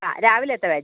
ആ രാവിലത്തെ ബാച്ച്